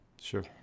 Sure